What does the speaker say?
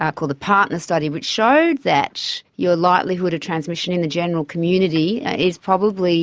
ah called the partner study, which showed that your likelihood of transmission in the general community is probably